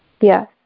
Yes